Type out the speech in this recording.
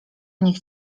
niech